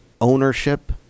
ownership